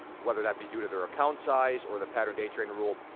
whether that be due to their account size, or the pattern day trading rule.